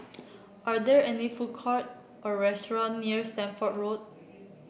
are there any food court or restaurant near Stamford Road